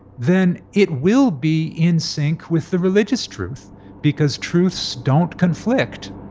then it will be in sync with the religious truth because truths don't conflict